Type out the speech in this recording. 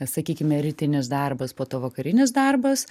sakykime rytinis darbas po to vakarinis darbas